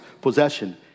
possession